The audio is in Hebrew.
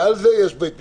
ועל זה יש בית משפט.